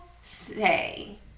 say